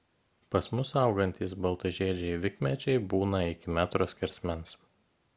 pas mus augantys baltažiedžiai vikmedžiai būna iki metro skersmens